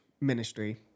ministry